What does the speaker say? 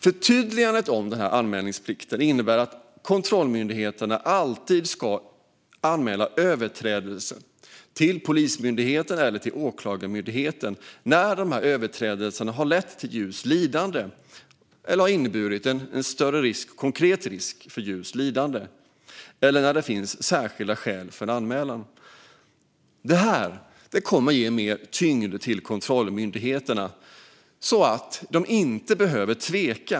Förtydligandet om anmälningsplikt innebär att kontrollmyndigheterna alltid ska anmäla överträdelser till Polismyndigheten eller Åklagarmyndigheten när de har lett till djurs lidande eller inneburit en konkret risk för djurs lidande, liksom när det annars finns särskilda skäl för en anmälan. Detta kommer att ge mer tyngd till kontrollmyndigheterna, så att de inte behöver tveka.